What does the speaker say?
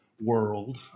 world